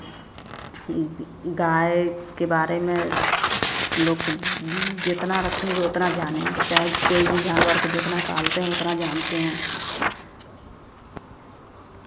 गाय के बारे में लोग जेतना रखेंगे उतना जानेंगे चाहे कोई भी जानवर को जितना पालते हैं उतना जानते हैं